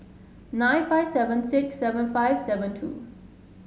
nine five seven six seven five seven two